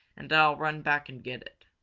and i'll run back and get it,